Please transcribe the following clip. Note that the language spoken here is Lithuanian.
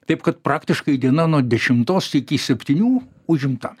taip kad praktiškai diena nuo dešimtos iki septynių užimta